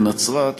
בנצרת,